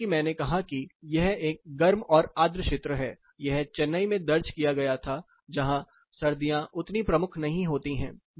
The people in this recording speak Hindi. जैसा कि मैंने कहा कि यह एक गर्म और आर्द्र क्षेत्र है यह चेन्नई में दर्ज किया गया था जहां सर्दियां उतनी प्रमुख नहीं होती हैं